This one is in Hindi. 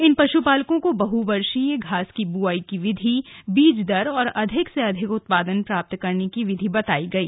इन पशुपालकों को बहुवर्षीय घास की बुवाई की विधि बीज दर और अधिक से अधिक उत्पादन प्राप्त करने की विधि बताई गई